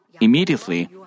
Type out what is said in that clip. Immediately